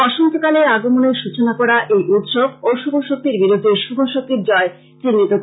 বসন্ত কালের আগমনের সৃচনা করা এই উৎসব অশুভ শক্তির বিরুদ্ধে শুভ শক্তির জয় চিহ্নিত করে